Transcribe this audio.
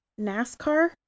NASCAR